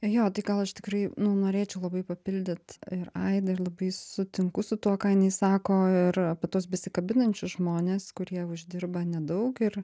jo gal aš tikrai nu norėčiau labai papildyt ir aidą ir labai sutinku su tuo ką jinai sako ir apie tuos besikabinančius žmones kurie uždirba nedaug ir